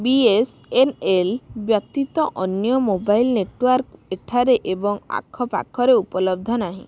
ବି S N L ବ୍ୟତୀତ ଅନ୍ୟ mobile network ଏଠାରେ ଏବଂ ଆଖପାଖରେ ଉପଲବ୍ଧ ନାହିଁ